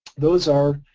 those are,